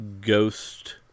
ghost